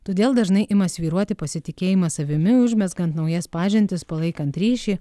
todėl dažnai ima svyruoti pasitikėjimas savimi užmezgant naujas pažintis palaikant ryšį